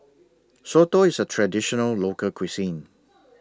Soto IS A Traditional Local Cuisine